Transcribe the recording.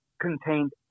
contained